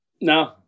No